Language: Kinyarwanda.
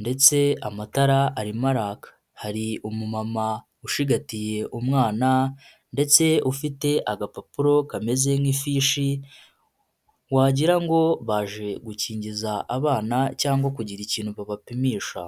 ndetse amatara arimo araka. Hari umumama ushigatiye umwana ndetse ufite agapapuro kameze nk'ifishi wagira ngo baje gukingiza abana cyangwa kugira ikintu babapimisha.